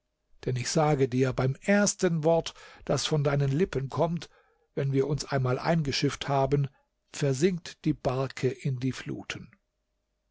denn ich sage dir beim ersten wort das von deinen lippen kommt wenn wir uns einmal eingeschifft haben versinkt die barke in die fluten